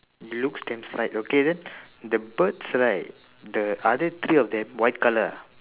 okay then the birds right the other three of them colour ah